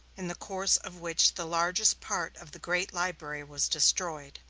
in the course of which the largest part of the great library was destroyed.